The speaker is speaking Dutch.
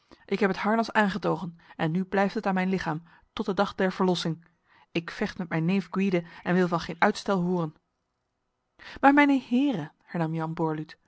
ik heb het harnas aangetogen en nu blijft het aan mijn lichaam tot de dag der verlossing ik vecht met mijn neef gwyde en wil van geen uitstel horen maar mijne heren hernam jan